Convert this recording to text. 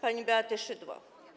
pani Beaty Szydło.